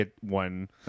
one